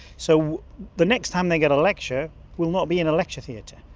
so the next time they get a lecture will not be in a lecture theatre.